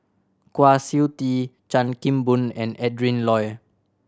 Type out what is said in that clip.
Kwa Siew Tee Chan Kim Boon and Adrin Loi